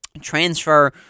transfer